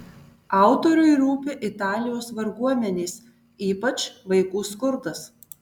autoriui rūpi italijos varguomenės ypač vaikų skurdas